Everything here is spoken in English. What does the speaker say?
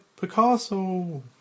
Picasso